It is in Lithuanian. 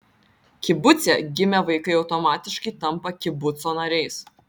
kibuce gimę vaikai automatiškai tampa kibuco nariais